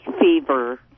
fever